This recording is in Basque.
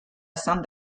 esan